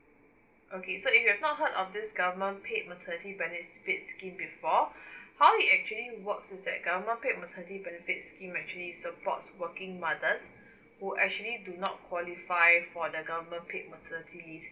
okay so if you have not heard of this government paid maternity benefit scheme before how it actually works is that government paid maternity benefit scheme actually supports working mothers who actually do not qualify for the government pad maternity leave